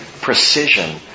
precision